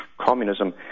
communism